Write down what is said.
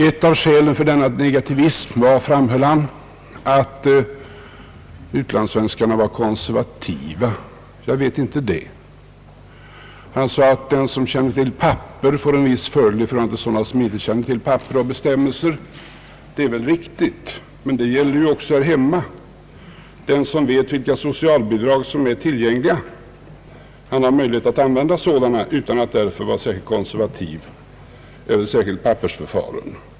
Ett av skälen till denna negativism var, framhöll herr Björk, att utlandssvenskarna är konservativa. Jag vet inte det. Han sade att den som känner till papper och bestämmelser får en viss fördel framför den som inte gör det. Det är väl riktigt, men det gäller ju också här hemma. Den som vet vilka socialbidrag som är tillgängliga har möjlighet att använda sådana utan att därför vara särskilt konservativ eller särskilt pappersförfaren.